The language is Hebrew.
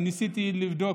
אני ניסית לבדוק,